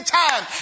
time